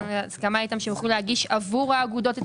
הגענו להסכמה איתם שיוכלו להגיש את הבקשות עבור האגודות.